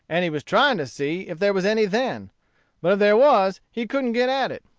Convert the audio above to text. and he was trying to see if there was any then but if there was, he couldn't get at it.